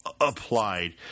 applied